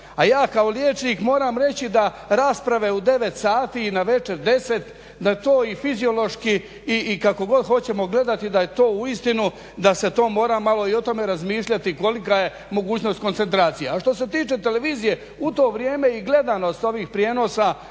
A ja kao liječnik moram reći da rasprave u 9 sati i navečer u 10 da i to fiziološki i kako god hoćemo gledati da je to uistinu da se o tome malo mora razmišljati kolika je mogućnost koncentracije. A što se tiče televizije u to vrijeme i gledanost ovih prijenosa